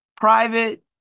private